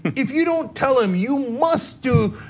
if you don't tell him, you must do,